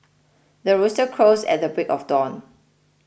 the rooster crows at the break of dawn